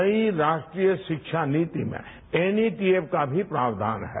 नई राष्ट्रीय शिक्षा नीति में एनईटीएफ का भी प्राक्षान है